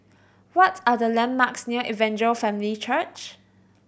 what's are the landmarks near Evangel Family Church